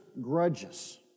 grudges